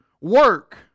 work